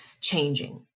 changing